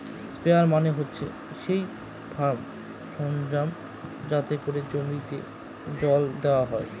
sprayer মানে হচ্ছে সেই ফার্ম সরঞ্জাম যাতে করে জমিতে জল দেওয়া হয়